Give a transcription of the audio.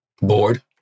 Bored